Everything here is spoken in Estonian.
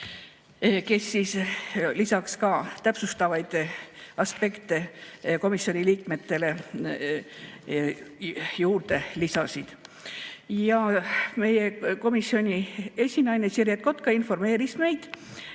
Kaili Semm, kes täpsustavaid aspekte komisjoni liikmetele juurde lisasid. Meie komisjoni esinaine Siret Kotka informeeris meid,